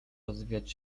rozwijać